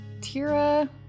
Tira